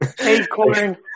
Acorn